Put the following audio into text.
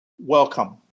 welcome